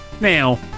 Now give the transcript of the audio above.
Now